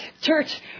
Church